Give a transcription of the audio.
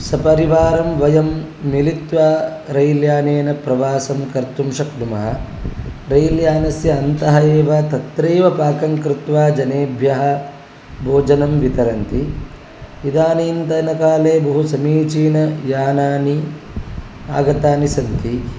सपरिवारं वयं मिलित्वा रैल् यानेन प्रवासं कर्तुं शक्नुमः रैल् यानस्य अन्तः एव तत्रैव पाकं कृत्वा जनेभ्यः भोजनं वितरन्ति इदानीन्तनकाले बहु समीचीनयानानि आगतानि सन्ति